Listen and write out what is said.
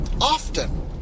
often